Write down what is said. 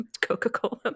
Coca-Cola